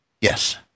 Yes